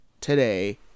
today